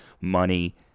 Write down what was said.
money